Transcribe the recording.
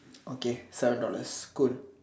okay seven dollars cool